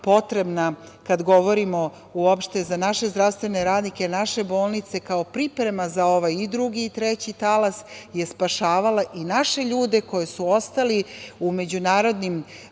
nam je bila potrebna za naše zdravstvene radnike, naše bolnice, kao priprema za ovaj drugi i treći talas, je spašavala i naše ljude koji su ostali u međunarodnim